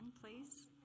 please